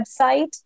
website